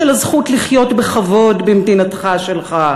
של הזכות לחיות בכבוד במדינתך שלך,